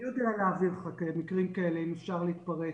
אני יודע להעביר לך מקרים כאלה, אם אפשר להתפרץ,